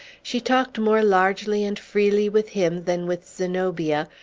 she talked more largely and freely with him than with zenobia,